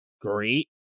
great